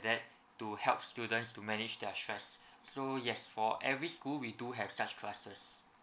that to help students to manage their stress so yes for every school we do have such classes